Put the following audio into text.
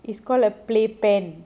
it's called a play pan